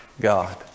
God